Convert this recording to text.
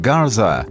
Garza